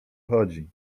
chodzi